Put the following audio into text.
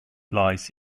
lies